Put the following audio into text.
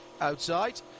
outside